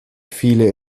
viele